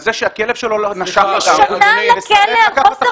על זה שהכלב שלו נשך -- שליחה לכלא על חוסר